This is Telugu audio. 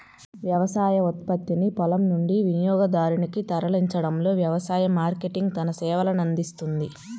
వ్యవసాయ ఉత్పత్తిని పొలం నుండి వినియోగదారునికి తరలించడంలో వ్యవసాయ మార్కెటింగ్ తన సేవలనందిస్తుంది